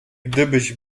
gdybyś